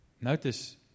Notice